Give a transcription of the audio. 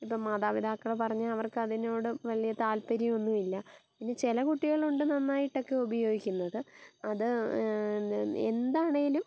ഇപ്പം മാതാപിതാക്കള് പറഞ്ഞ് അവർക്ക് അതിനോട് വലിയ താൽപര്യം ഒന്നും ഇല്ല ഇനി ചില കുട്ടികളുണ്ട് നന്നായിട്ടൊക്കെ ഉപയോഗിക്കുന്നത് അത് എന്താണെങ്കിലും